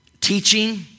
teaching